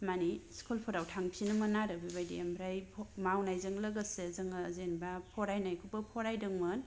माने स्कुलफोराव थांफिनोमोन आरो बेबायदि ओमफ्राय मावनायजों लोगोसे जोंङो जेनोबा फरायनायखौबो फरायदोंमोन